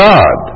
God